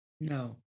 No